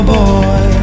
boy